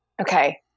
Okay